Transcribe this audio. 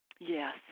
Yes